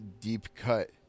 deep-cut